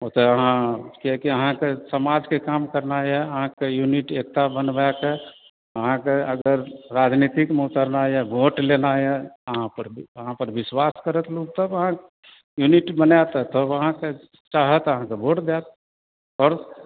ओतय अहाँ कियाकि अहाँकेँ समाजके काम करना यए अहाँकेँ यूनिटी एकता बनबयके अहाँकेँ अगर राजनीतिमे उतरनाइ यए वोट लेना यए अहाँपर विश्वास करत लोक तब अहाँ यूनिटी बनायबब सभ अहाँकेँ चाहत अहाँकेँ वोट देत आओर